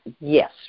yes